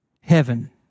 Heaven